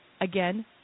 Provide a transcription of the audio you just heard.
Again